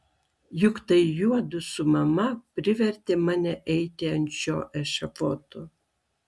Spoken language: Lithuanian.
juk tai juodu su mama privertė mane eiti ant šio ešafoto